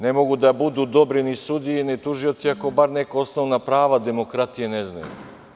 Ne mogu da budu dobri ni sudije, ni tužioci ako bar neka osnovna prava demokratije ne znaju.